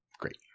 Great